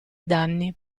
danni